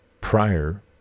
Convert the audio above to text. prior